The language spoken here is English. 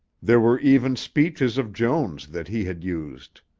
there were even speeches of joan's that he had used.